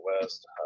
West